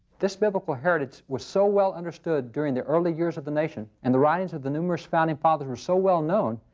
this biblical heritage was so well understood during the early years of the nation and the writings of the numerous founding fathers was so well known,